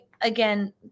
again